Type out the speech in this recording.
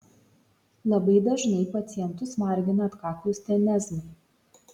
labai dažnai pacientus vargina atkaklūs tenezmai